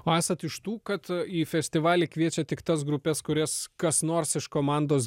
o esat iš tų kad į festivalį kviečia tik tas grupes kurias kas nors iš komandos